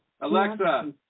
Alexa